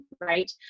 right